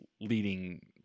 leading